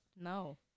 No